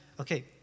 Okay